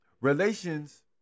relations